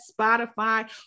Spotify